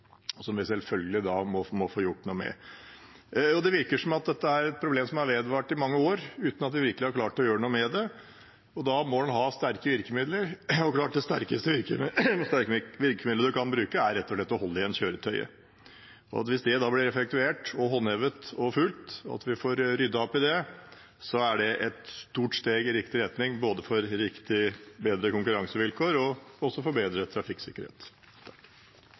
og som vi selvfølgelig må få gjort noe med. Det virker som dette er et problem som har vart i mange år uten at vi virkelig har klart å gjøre noe med det, og da må en ha sterke virkemidler. Det sterkeste virkemidlet en kan bruke er rett og slett å holde igjen kjøretøyet. Hvis det blir effektuert, håndhevet og fulgt, at vi får ryddet opp i det, er det et stort steg i riktig retning, både for bedre konkurransevilkår og bedre trafikksikkerhet.